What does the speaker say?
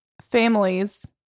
families